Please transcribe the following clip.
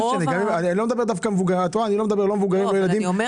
אני לא מדבר דווקא על מבוגרים ולא על ילדים.